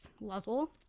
level